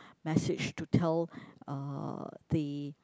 message to tell uh the